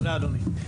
תודה אדוני.